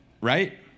right